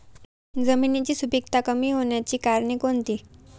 जमिनीची सुपिकता कमी होण्याची कारणे कोणती?